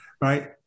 right